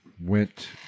went